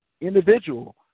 individual